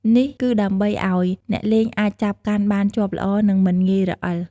នេះគឺដើម្បីឱ្យអ្នកលេងអាចចាប់កាន់បានជាប់ល្អ និងមិនងាយរអិល។